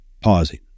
pausing